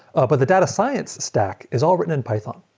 ah but the data science stack is all written in python.